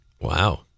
Wow